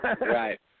Right